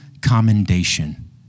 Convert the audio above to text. commendation